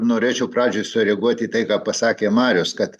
norėčiau pradžiai sureaguoti į tai ką pasakė marius kad